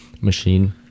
Machine